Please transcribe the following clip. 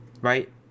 Right